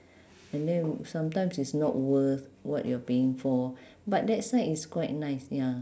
and then sometimes it's not worth what you are paying for but that side is quite nice ya